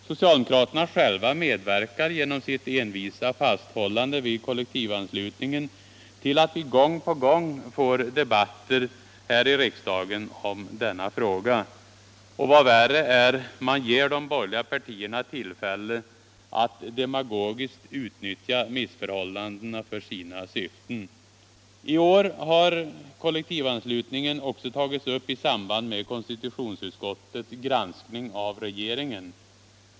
Socialdemokraterna själva medverkar genom sitt envisa fasthållande vid kollektivanslutningen till att vi gång på gång får debatter här i riksdagen om denna fråga: Vad värre är: Man ger de borgerliga partierna tillfälle att demagogiskt utnyttja missförhållandena för sina syften. I år har kollektivanslutningen också tagits upp i samband med konstitutionsutskottets granskning av regeringsärendenas handläggning.